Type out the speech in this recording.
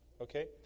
Okay